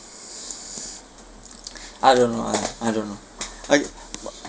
I don't know ah I don't know okay